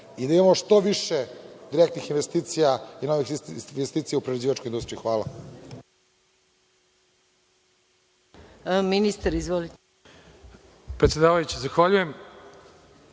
i da imamo što više direktnih investicija i novih investicija u prerađivačkoj industriji. Hvala.